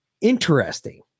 interesting